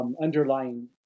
underlying